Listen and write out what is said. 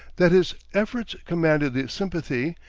that his efforts commanded the sympathy,